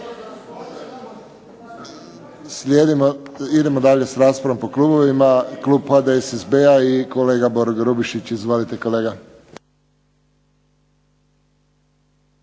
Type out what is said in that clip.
Idemo dalje sa raspravom po klubovima. Klub HDSSB-a i kolega Boro Grubišić izvolite kolega.